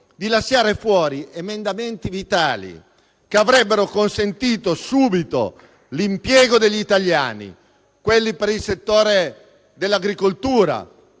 di lasciare fuori emendamenti vitali, che avrebbero consentito subito l'impiego degli italiani: quelli per il settore dell'agricoltura,